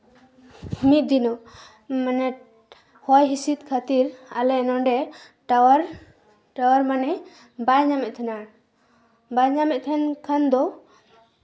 ᱢᱤᱫ ᱫᱤᱱᱚᱜ ᱢᱟᱱᱮ ᱦᱚᱭ ᱦᱤᱸᱥᱤᱫ ᱠᱷᱟᱹᱛᱤᱨ ᱟᱞᱮ ᱱᱚᱰᱮ ᱴᱟᱣᱟᱨ ᱴᱟᱣᱟᱨ ᱢᱟᱱᱮ ᱵᱟᱭ ᱧᱟᱢᱮᱜ ᱛᱟᱦᱮᱱᱟ ᱵᱟᱭ ᱧᱟᱢᱮᱜ ᱛᱟᱦᱮᱱ ᱠᱷᱟᱱ ᱫᱚ